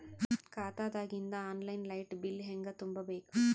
ಖಾತಾದಾಗಿಂದ online light bill ಹೇಂಗ ತುಂಬಾ ಬೇಕು?